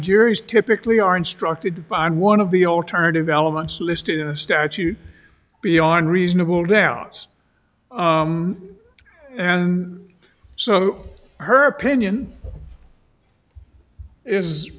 juries typically are instructed to find one of the alternative elements listed in a statute beyond reasonable doubt and so her opinion is